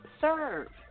Serve